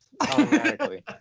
automatically